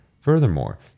Furthermore